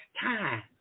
time